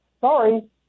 sorry